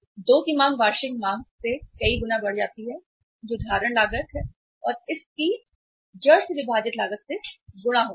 2 की मांग वार्षिक मांग से कई गुना बढ़ जाती है जो धारण लागत और इस की जड़ से विभाजित लागत से गुणा होती है